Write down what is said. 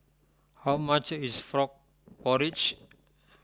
how much is Frog Porridge